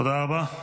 תודה רבה.